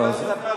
פרשת השבוע,